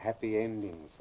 happy ending